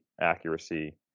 accuracy